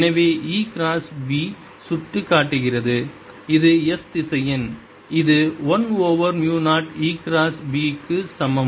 எனவே E cross B சுட்டிக்காட்டுகிறது இது S திசையன் இது 1 ஓவர் மு 0 E கிராஸ் B க்கு சமம்